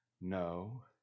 no